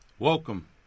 Welcome